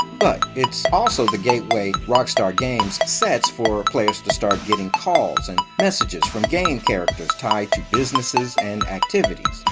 but it's also the gateway rockstar games sets for players to start getting calls and messages from game characters tied to businesses and activities.